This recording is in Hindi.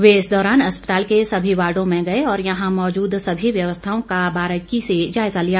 वह इस दौरान अस्पताल के सभी वार्डो में गए और यहां मौजूद सभी व्यवस्थाओं का बारीकी से जायजा लिया